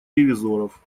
ревизоров